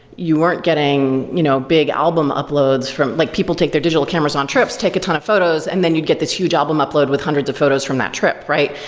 you weren't getting you know big album uploads from like people take their digital cameras on trips, take a ton of photos and then you'd get this huge album uploaded with hundreds of photos from that trip, right?